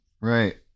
Right